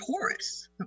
Taurus